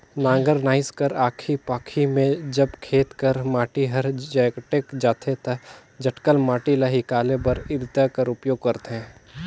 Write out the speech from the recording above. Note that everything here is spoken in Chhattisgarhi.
नांगर नाएस कर आखी पाखी मे जब खेत कर माटी हर जटेक जाथे ता जटकल माटी ल हिकाले बर इरता कर उपियोग करथे